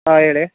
ಹಾಂ ಹೇಳಿ